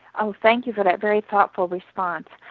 thank you for that very thoughtful response.